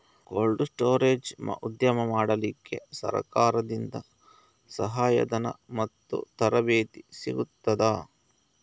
Cold storage ಉದ್ಯಮ ಮಾಡಲಿಕ್ಕೆ ಸರಕಾರದಿಂದ ಸಹಾಯ ಧನ ಮತ್ತು ತರಬೇತಿ ಸಿಗುತ್ತದಾ?